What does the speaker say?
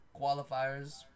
Qualifiers